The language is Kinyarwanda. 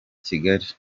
kigali